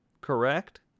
Correct